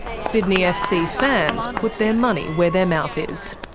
sydney fc fans put their money where their mouth is.